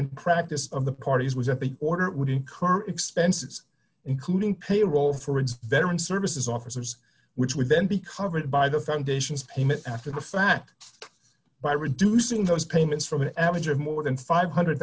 and practice of the parties was that the order would incur expenses including payroll for its veterans services officers which would then be covered by the foundation's payment after the fact by reducing those payments from an average of more than five hundred